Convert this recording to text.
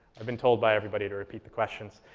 i've been told by everybody to repeat the questions.